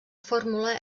fórmula